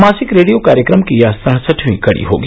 मासिक रेडियो कार्यक्रम की यह सड़सठवीं कड़ी होगी